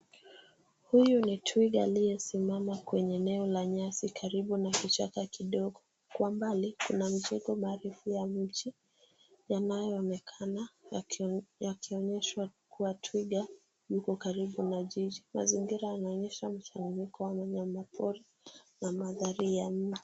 Huyu ni twiga aliyesimama kwenye eneo la nyasi karibu na kichaka kidogo. Kwa mbali kuna mijengo baadhi ikiwa ya mji yanayoonekana yakionyeshwa kuwa twiga yuko karibu na jiji. Mazingira yanaonyesha mzunguko wa wanyamapori na mandhari ya nje.